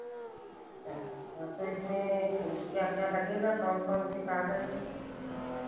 अच्छा तो इसमें क्या क्या लगेगा कौन कौन से कागज़